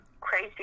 crazy